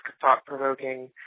thought-provoking